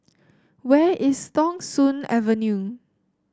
where is Thong Soon Avenue